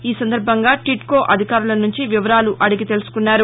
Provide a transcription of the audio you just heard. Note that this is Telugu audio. ఈ సందర్బంగా టిడ్కో అధికారుల నుంచి వివరాలు అడిగి తెలుసుకున్నారు